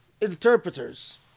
interpreters